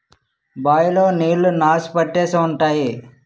bye లో నీళ్లు నాసు పట్టేసి ఉంటాయి